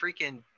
freaking